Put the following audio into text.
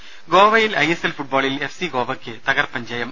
രുദ ഗോവയിൽ I S L ഫുട്ബോളിൽ എഫ് സി ഗോവയ്ക്ക് തകർപ്പൻ ജയം